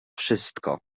wszystko